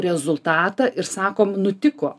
rezultatą ir sakom nutiko